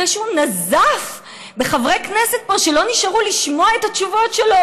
אחרי שהוא נזף בחברי כנסת פה שלא נשארו לשמוע את התשובות שלו,